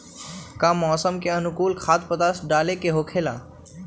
का मौसम के अनुकूल खाद्य पदार्थ डाले के होखेला?